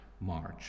march